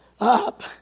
up